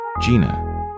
Gina